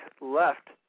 left